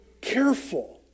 careful